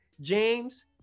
James